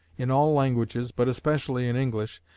in all languages, but especially in english,